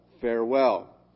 farewell